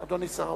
אדוני שר האוצר,